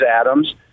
Adams